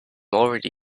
already